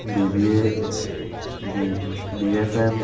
B B A B B F M